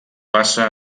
passa